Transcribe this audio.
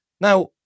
Now